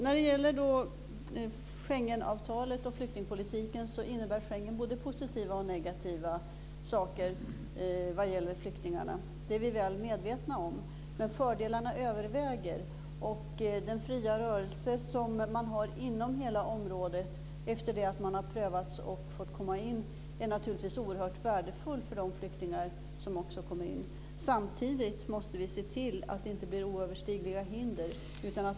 Sedan gäller det Schengenavtalet och flyktingpolitiken. Schengenavtalet innebär både positiva och negativa saker vad gäller flyktingarna. Det är vi väl medvetna om, men fördelarna överväger. Och den fria rörligheten, som man har inom hela området efter det att man har prövats och fått komma in, är naturligtvis oerhört värdefull för de flyktingar som kommer in. Samtidigt måste vi se till att det inte blir oöverstigliga hinder.